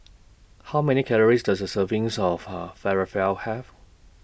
How Many Calories Does A servings of Her Falafel Have